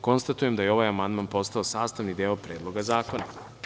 Konstatujem da je ovaj amandman postao sastavni deo Predloga zakona.